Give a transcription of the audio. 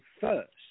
first